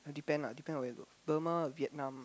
depend ah depend on where you go Burma Vietnam